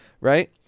right